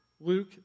Luke